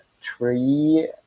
tree